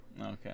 okay